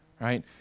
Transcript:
right